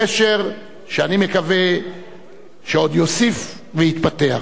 קשר שאני מקווה שעוד יוסיף ויתפתח.